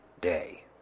day